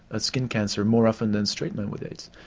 a skin cancer, more often that and straight men with aids.